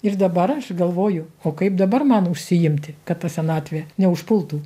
ir dabar aš galvoju o kaip dabar man užsiimti kad ta senatvė neužpultų